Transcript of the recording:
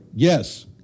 Yes